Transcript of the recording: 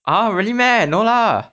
ah really meh no lah